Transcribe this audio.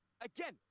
Again